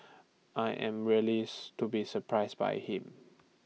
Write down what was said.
I am really to be surprised by him